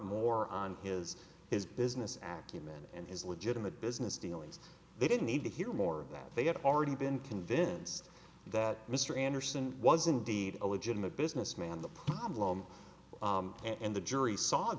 more on his his business activity and his legitimate business dealings they didn't need to hear more of that they had already been convinced that mr anderson was indeed a legitimate businessman the problem and the jury s